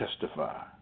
testify